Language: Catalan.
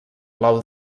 blau